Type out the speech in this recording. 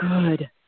good